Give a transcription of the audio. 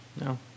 No